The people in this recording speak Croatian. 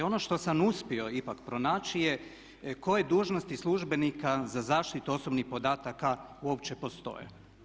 Ono što sam uspio ipak pronaći je koje dužnosti službenika za zaštitu osobnih podataka uopće postoje.